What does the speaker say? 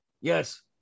Yes